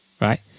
right